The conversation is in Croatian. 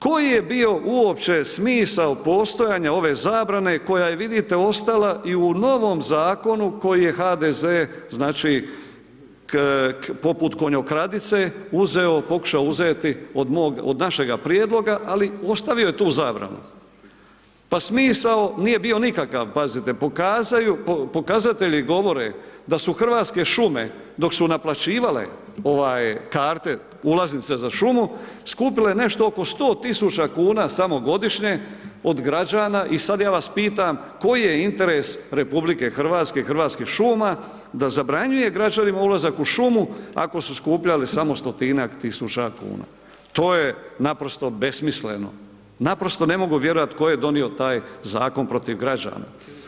Koji je bio uopće smisao postojanja ove zabrane koja je, vidite, ostala i u novom zakonu koji je HDZ, znači, poput konjokradice, uzeo, pokušao uzeti od mog, od našega prijedloga, ali ostavio je tu zabranu, pa smisao nije bio nikakav, pazite, pokazatelji govore da su Hrvatske šume dok su naplaćivale ovaj karte, ulaznice za šumu, skupile nešto oko 100 000 kn samo godišnje od građana i sad ja vas pitam koji je interes RH, Hrvatskih šuma, da zabranjuje građanima ulazak u šumu ako su skupljali samo stotinjak tisuća kuna, to je naprosto besmisleno, naprosto ne mogu vjerovati tko je donio taj zakon protiv građana.